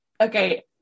Okay